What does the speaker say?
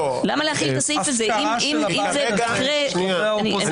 שאלה טובה.